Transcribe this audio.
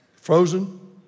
Frozen